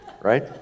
Right